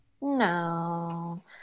No